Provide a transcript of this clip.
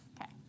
Okay